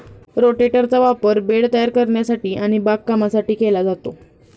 रोटेटरचा वापर बेड तयार करण्यासाठी आणि बागकामासाठी केला जातो